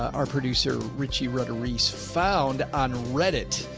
our producer richie rutter-reese found on reddit,